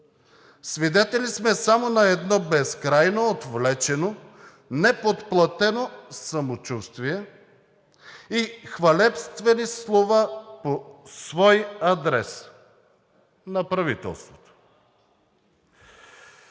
Свидетели сме само на едно безкрайно отвлечено, неподплатено самочувствие и хвалебствени слова по свой адрес – на правителството.